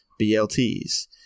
BLTs